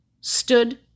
stood